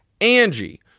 Angie